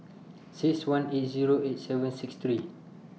six one eight Zero eight seven six three